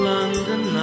London